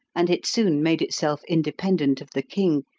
and it soon made itself independent of the king,